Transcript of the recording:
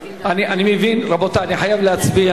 רבותי אני חייב להצביע.